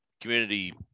community